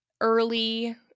early